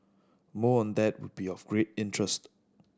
more on that would be of great interest